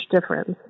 difference